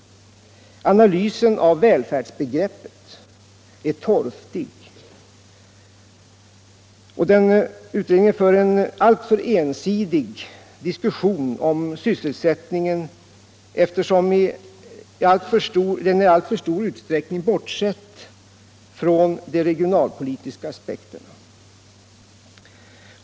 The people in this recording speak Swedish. Analysen av välfärdsbegreppet är torftig, och utredningen för en alltför ensidig diskussion om sysselsättningen, eftersom den i alltför stor utsträckning bortser från de regionalpolitiska aspekterna.